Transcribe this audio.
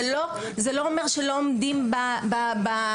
זה לא אומר שלא עומדים בחוק.